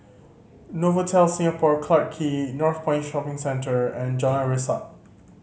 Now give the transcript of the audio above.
Novotel Singapore Clarke Quay Northpoint Shopping Centre and Jalan Resak